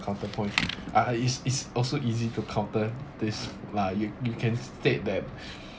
counterpoint ah is is also easy to counter this lah you you can state that